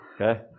Okay